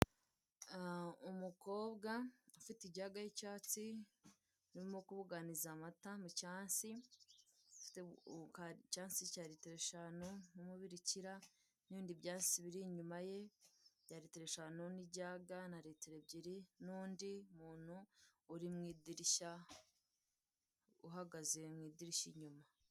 Umukobwa ufite ijage y'icyatsi, urimo kubuganiza amata mu cyansi, ufite icyansi cya ritiro eshanu, n'umubirikira n'ibindi byansi biri inyuma ye bya ritiro eshanu n'ijage na ritiro ebyiri, n'undi muntu uri mu idirishya, uhagaze mu idirishya inyuma.